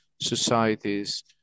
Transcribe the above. societies